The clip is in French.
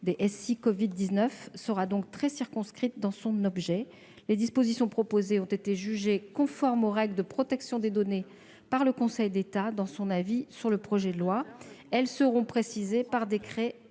des SI covid-19 sera donc très circonscrite dans son objet. Les dispositions proposées ont été jugées conformes aux règles de protection des données par le Conseil d'État, dans l'avis qu'il a rendu sur ce projet de loi. Elles seront précisées par décret